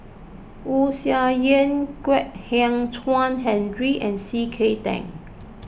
Wu Tsai Yen Kwek Hian Chuan Henry and C K Tang